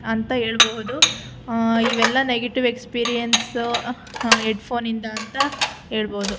ಅಂತ ಹೇಳ್ಬಹುದು ಇವೆಲ್ಲ ನೆಗೆಟೀವ್ ಎಕ್ಸ್ಪೀರಿಯನ್ಸ್ ಹೆಡ್ ಫೋನಿಂದ ಅಂತ ಹೇಳ್ಬೋದು